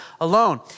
alone